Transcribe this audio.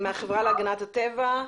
מהחברה להגנת הטבע.